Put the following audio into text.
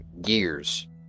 Gears